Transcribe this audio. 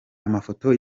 amafoto